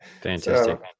Fantastic